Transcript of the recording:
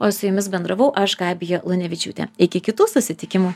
o su jumis bendravau aš gabija lunevičiūtė iki kitų susitikimų